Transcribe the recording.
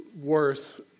worth